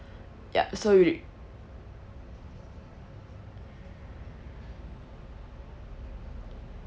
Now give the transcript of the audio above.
yeah so you